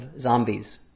zombies